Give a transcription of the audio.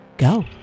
go